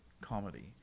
comedy